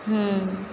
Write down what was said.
हूँ